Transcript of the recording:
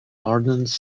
ordnance